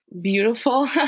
beautiful